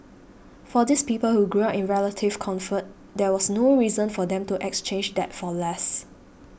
for these people who grew up in relative comfort there was no reason for them to exchange that for less